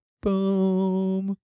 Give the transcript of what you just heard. Boom